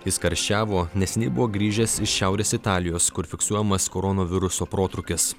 jis karščiavo neseniai buvo grįžęs iš šiaurės italijos kur fiksuojamas koronaviruso protrūkis